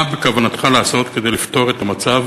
מה בכוונתך לעשות כדי לפתור את המצב